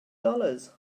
dollars